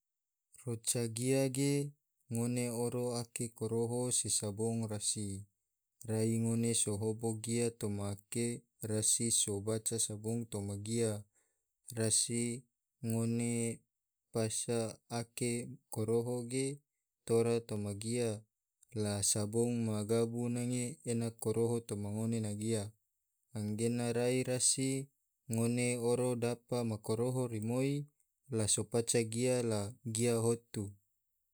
Roca gia ge ngone oro ake koroho si sabong rasi rai ngone sohogo gia toma ake rasi so baca sabong toma gia rasi ngone paca ake koroho ge tora toma gia la sabong ma gabu nange ena korono toma ngone na gia, anggena rasi ngone oro dapa ma koroho rimoi la so paca gia la gia hotu.